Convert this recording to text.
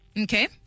Okay